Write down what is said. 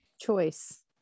choice